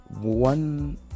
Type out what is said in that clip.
one